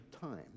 time